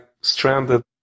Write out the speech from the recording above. stranded